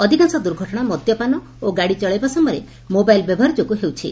ଅଧିକାଂଶ ଦୁର୍ଘଟଶା ମଦ୍ୟପାନ ଓ ଗାଡି ଚଳାଇବା ସମୟରେ ମୋବାଇଲ ବ୍ୟବହାର ଯୋଗୁଁ ହେଉଛି